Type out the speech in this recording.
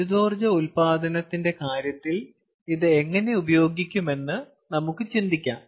വൈദ്യുതോർജ്ജ ഉൽപാദനത്തിന്റെ കാര്യത്തിൽ ഇത് എങ്ങനെ ഉപയോഗിക്കുമെന്ന് നമുക്ക് ചിന്തിക്കാം